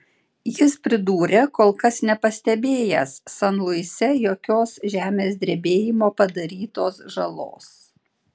jis pridūrė kol kas nepastebėjęs san luise jokios žemės drebėjimo padarytos žalos